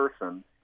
person